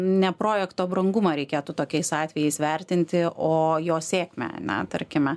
ne projekto brangumą reikėtų tokiais atvejais vertinti o jo sėkmę ane tarkime